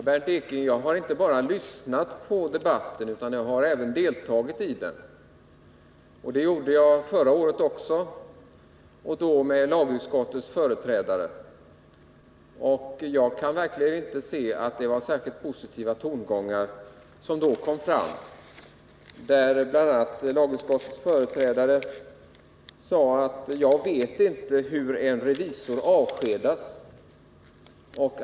Fru talman! Jag har, Bernt Ekinge, inte bara lyssnat på debatten utan även deltagit i den. Det gjorde jag också förra året tillsammans med företrädaren för lagutskottets majoritet. Inte hördes då några särskilt positiva tongångar. Utskottets företrädare sade bl.a. att han inte visste hur en revisor avskedas.